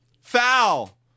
Foul